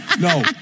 no